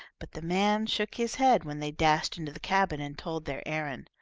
but the man shook his head, when they dashed into the cabin and told their errand.